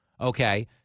Okay